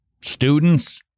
students